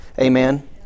Amen